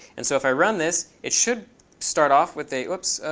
and so if i run this, it should start off with a whoops.